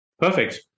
Perfect